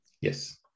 Yes